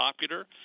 popular